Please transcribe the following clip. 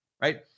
right